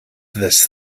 this